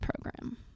program